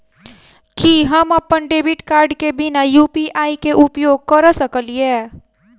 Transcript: की हम अप्पन debit card केँ बिना यु.पी.आई केँ उपयोग करऽ सकलिये?